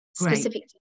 specific